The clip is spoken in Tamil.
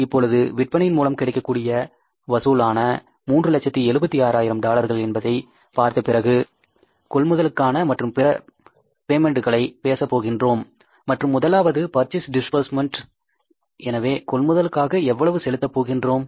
இப்பொழுது விற்பனையின் மூலம் கிடைக்கக்கூடிய வசூலான 376000 டாலர்கள் என்பதை பார்த்த பிறகு கொள்முதலுக்கான மற்றும் பிற பேமெண்ட்ஸ்களை பேசப் போகின்றோம் மற்றும் முதலாவது பர்சேஸ் டிஸ்பர்ஸ்மென்ட் எனவே கொள்முதல்களுக்காக எவ்வளவு செலுத்த போகின்றோம்